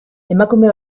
emakume